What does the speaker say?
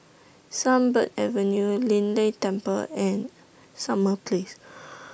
Sunbird Avenue Lei Yin Temple and Summer Place